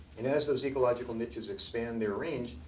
and as those ecological niches expand their range,